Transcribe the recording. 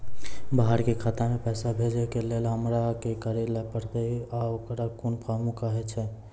बाहर के खाता मे पैसा भेजै के लेल हमरा की करै ला परतै आ ओकरा कुन फॉर्म कहैय छै?